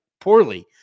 poorly